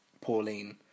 Pauline